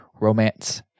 romance